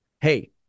Hey